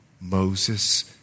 Moses